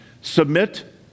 submit